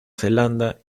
zelanda